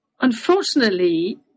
unfortunately